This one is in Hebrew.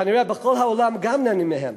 כנראה בכל העולם גם נהנים מהן,